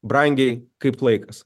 brangiai kaip laikas